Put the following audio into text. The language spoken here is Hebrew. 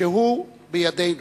שהוא בידינו,